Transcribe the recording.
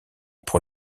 pour